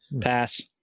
Pass